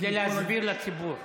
כדי להסביר לציבור.